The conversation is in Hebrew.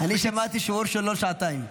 אני שמעתי שיעור שלו שעתיים.